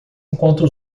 enquanto